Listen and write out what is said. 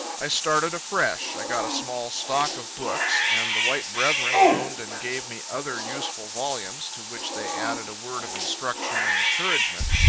i started afresh i got a small stock of books, and the white brethren loaned and gave me other useful volumes, to which they added a word of instruction and encouragement,